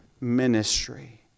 ministry